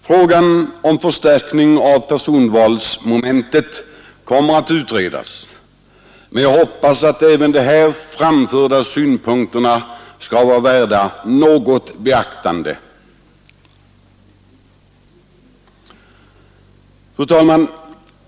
Frågan om en förstärkning av personvalsmomentet kommer att utredas, men jag hoppas att även dessa synpunkter som jag nu framfört skall vara värda något beaktande. Fru talman!